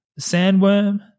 Sandworm